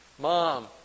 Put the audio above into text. Mom